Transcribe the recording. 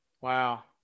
Wow